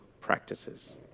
practices